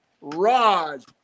Raj